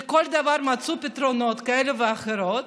לכל דבר מצאו פתרונות כאלה ואחרים,